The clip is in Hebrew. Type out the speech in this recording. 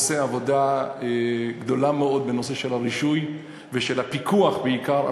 עושה עבודה גדולה מאוד בנושא של הרישוי ושל הפיקוח בעיקר,